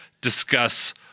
discuss